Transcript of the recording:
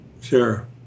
Sure